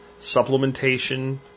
supplementation